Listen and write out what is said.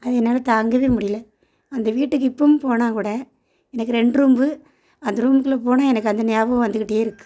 அதை என்னால் தாங்கவே முடியிலை அந்த வீட்டுக்கு இப்பவும் போனால் கூட எனக்கு ரெண்டு ரூம் அந்த ரூம்குள்ளே போனால் எனக்கு அந்த நியாபகம் வந்துகிட்டே இருக்குது